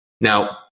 Now